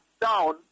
down